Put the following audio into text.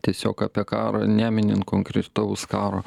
tiesiog apie karą neminint konkretaus karo